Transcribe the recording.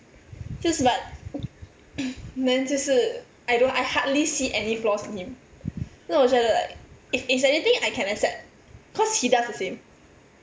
just but men 就是 I don't I hardly see any flaws in him 那我觉得 like if it's anything I can accept cause he does the same